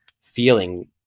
feeling